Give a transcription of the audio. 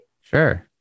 Sure